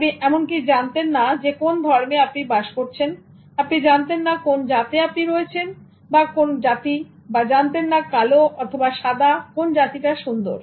আপনি এমন কি জানতে না কোন ধর্মে আপনি বাস করছেন আপনি জানতেন না কোন জাতে আপনি রয়েছেন বা কোন জাতি এবং জানতেন না কালো অথবা সাদা কোন জাতিটা সুন্দর